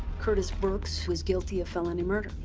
curtis brooks was guilty of felony murder.